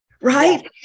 right